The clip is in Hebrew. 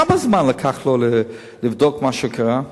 כמה זמן לקח לו לבדוק מה שקרה,